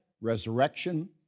resurrection